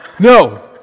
No